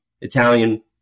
Italian